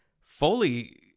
Foley